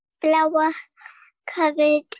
flower-covered